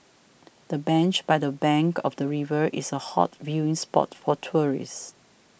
the bench by the bank of the river is a hot viewing spot for tourists